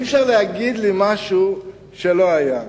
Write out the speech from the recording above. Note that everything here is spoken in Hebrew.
אי-אפשר להגיד לי משהו שלא היה.